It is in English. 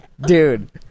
Dude